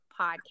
podcast